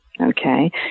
okay